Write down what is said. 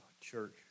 church